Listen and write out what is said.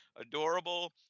adorable